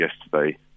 yesterday